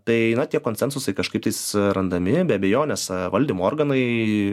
tai yra tie konsensusai kažkaip tais randami be abejonės valdymo organai